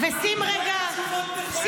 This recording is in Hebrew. כל התשובות נכונות.